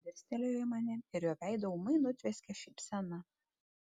dirstelėjo į mane ir jo veidą ūmai nutvieskė šypsena